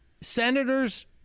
senators